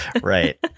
Right